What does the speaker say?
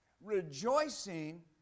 Rejoicing